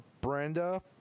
Brenda